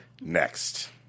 next